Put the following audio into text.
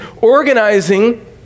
organizing